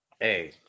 Hey